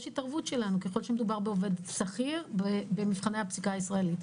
יש התערבות שלנו ככל שמדובר בעובד שכיר לפי מבחני הפסיקה הישראלית.